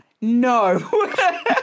no